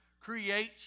creates